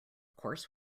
course